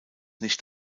nicht